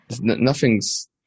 Nothing's